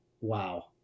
wow